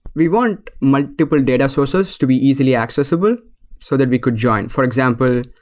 we want multiple data sources to be easily accessible so that we could join. for example,